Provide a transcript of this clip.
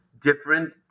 different